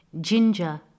ginger